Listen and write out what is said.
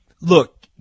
look